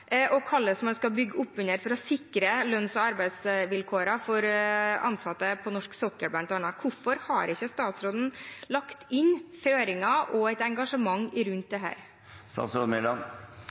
og hvordan man skal bygge opp under for å sikre lønns- og arbeidsvilkårene for ansatte på norsk sokkel bl.a. Hvorfor har ikke statsråden lagt inn føringer og et engasjement rundt